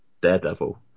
Daredevil